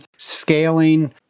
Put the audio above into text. scaling